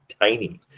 tiny